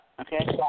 Okay